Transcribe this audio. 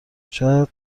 شاید